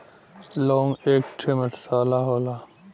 लौंग एक ठे मसाला होला